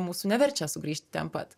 mūsų neverčia sugrįžti ten pat